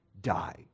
die